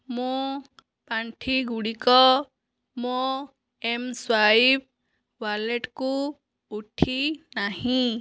ମୋ' ପାଣ୍ଠିଗୁଡ଼ିକ ମୋ' ଏମ୍ସ୍ୱାଇପ୍ ୱାଲେଟ୍କୁ ଉଠିନାହିଁ